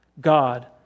God